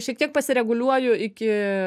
šiek tiek pasireguliuoju iki